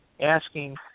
asking